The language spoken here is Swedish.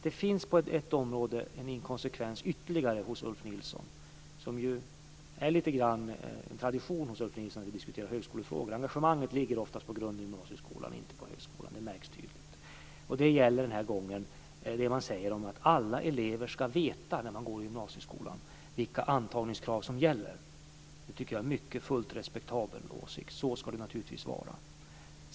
Det finns på ett område en inkonsekvens ytterligare hos Ulf Nilsson, som är lite grann en tradition hos Ulf Nilsson när vi diskuterar högskolefrågor. Engagemanget ligger oftast på grund och gymnasieskolan och inte på högskolan. Det märks tydligt. Det gäller den här gången det han säger om att alla elever ska veta när de går i gymnasieskolan vilka antagningskrav som gäller. Det tycker jag är en fullt respektabel åsikt. Så ska det naturligtvis vara.